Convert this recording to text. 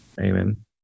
Amen